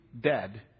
dead